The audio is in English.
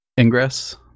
Ingress